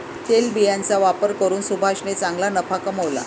तेलबियांचा व्यापार करून सुभाषने चांगला नफा कमावला